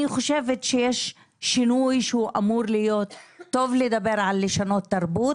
אני חושבת שיש שינוי שהוא אמור להיות טוב לדבר על לשנות תרבות,